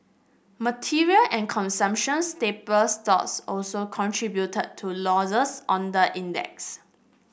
material and staple stocks also contributed to losses on the index